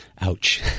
ouch